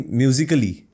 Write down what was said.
musically